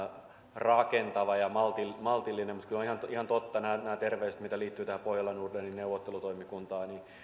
rakentava ja maltillinen maltillinen mutta kyllä ovat ihan totta nämä terveiset mitkä liittyvät pohjola nordenin neuvottelutoimikuntaan